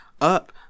up